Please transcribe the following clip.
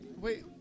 Wait